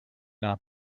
not